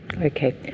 okay